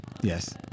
Yes